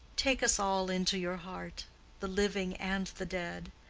take us all into your heart the living and the dead.